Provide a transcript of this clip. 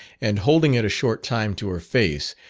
and holding it a short time to her face,